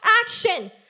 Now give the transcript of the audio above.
action